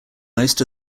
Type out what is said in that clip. most